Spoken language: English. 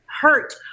hurt